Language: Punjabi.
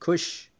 ਖੁਸ਼